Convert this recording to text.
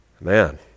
man